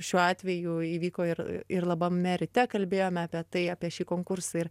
šiuo atveju įvyko ir ir labame ryte kalbėjome apie tai apie šį konkursą ir